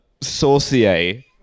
saucier